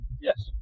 Yes